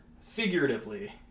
figuratively